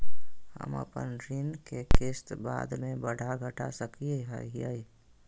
हम अपन ऋण के किस्त बाद में बढ़ा घटा सकई हियइ?